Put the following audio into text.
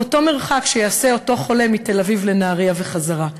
אותו מרחק שיעשה אותו חולה מתל-אביב לנהריה וחזרה.